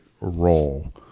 role